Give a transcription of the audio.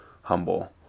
humble